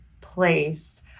place